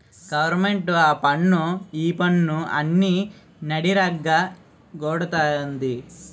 government ఆపన్ను ఈపన్ను అని నడ్డిరగ గొడతంది